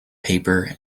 paper